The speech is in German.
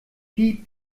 piep